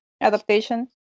adaptation